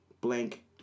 blank